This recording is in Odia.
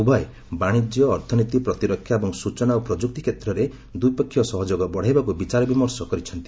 ଉଭୟ ବାଣିଜ୍ୟ ଅର୍ଥନୀତି ପ୍ରତିରକ୍ଷା ଏବଂ ସ୍ବଚନା ଓ ପ୍ରସ୍କ୍ତି କ୍ଷେତ୍ରରେ ଦ୍ୱିପକ୍ଷୀୟ ସହଯୋଗ ବଢ଼ାଇବାକ୍ତ ବିଚାର ବିମର୍ଶ କରିଛନ୍ତି